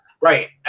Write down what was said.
Right